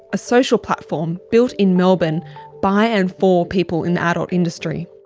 a social platform built in melbourne by and for people in the adult industry.